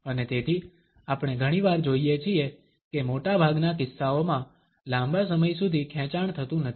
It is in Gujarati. અને તેથી આપણે ઘણીવાર જોઈએ છીએ કે મોટાભાગના કિસ્સાઓમાં લાંબા સમય સુધી ખેંચાણ થતું નથી